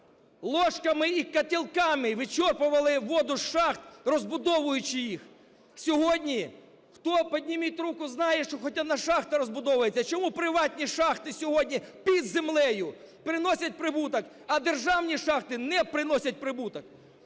Ложками і котелками вичерпували воду з шахт, розбудовуючи їх. Сьогодні, хто, підніміть руку, знає, що хоч одна шахта розбудовується. Чому приватні шахти сьогодні під землею приносять прибуток, а державні шахти не приносять прибуток?